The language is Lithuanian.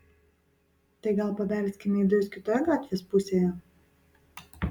tai gal pabelskime į duris kitoje gatvės pusėje